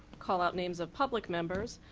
call out names of public members.